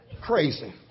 Crazy